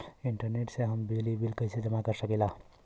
Internet से हम बिजली बिल कइसे जमा कर सकी ला?